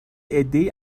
عدهای